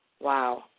Wow